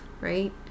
right